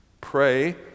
Pray